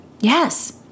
yes